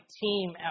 team